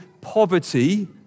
poverty